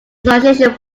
association